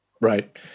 Right